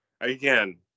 again